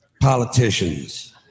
Politicians